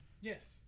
Yes